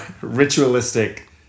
ritualistic